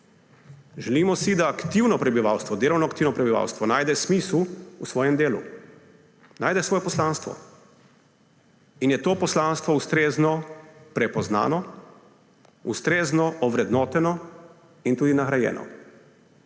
Želimo si, da delovno aktivno prebivalstvo najde smisel v svojem delu, najde svoje poslanstvo in je to poslanstvo ustrezno prepoznano, ustrezno ovrednoteno in tudi nagrajeno.